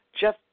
Jeff